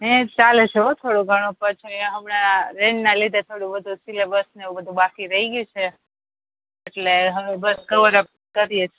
હેં ચાલે છે હો થોડું ઘણું પાછું એ હમણાં રેન્જના લીધે થોડું બધું સિલેબસને એવું બધું બાકી રહી ગયું છે એટલે હવે બસ કવર અપ કરીએ